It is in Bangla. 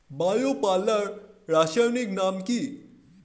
বায়ো পাল্লার রাসায়নিক নাম কি?